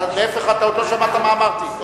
להיפך, עוד לא שמעת מה אמרתי.